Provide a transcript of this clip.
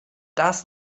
das